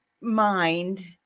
mind